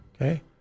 Okay